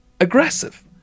aggressive